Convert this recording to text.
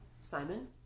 Simon